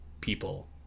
people